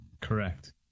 Correct